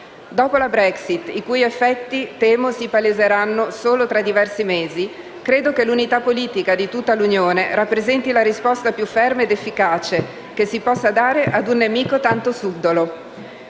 Dopo la Brexit, i cui effetti temo si paleseranno solo tra diversi mesi, credo che l'unità politica di tutta l'Unione rappresenti la risposta più ferma ed efficace che si possa dare ad un nemico tanto subdolo.